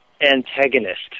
antagonist